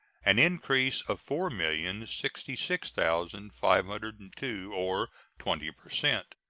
an increase of four million sixty six thousand five hundred and two, or twenty per cent,